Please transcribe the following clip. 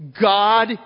God